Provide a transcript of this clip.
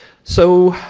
so,